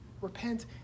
Repent